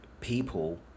people